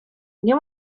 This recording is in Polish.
nie